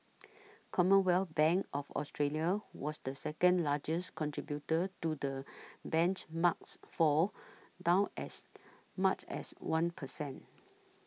Commonwealth Bank of Australia was the second largest contributor to the benchmark's fall down as much as one per cent